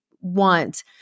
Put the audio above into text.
want